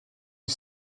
est